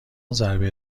ضربه